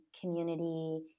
community